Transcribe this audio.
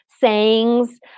sayings